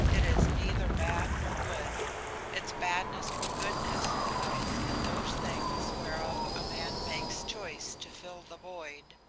it is neither bad nor good its badness or goodness lies in those things whereof a man makes choice to fill the void,